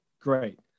Great